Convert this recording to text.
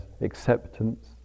acceptance